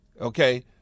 Okay